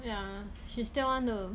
yeah she still want to